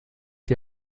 die